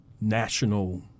national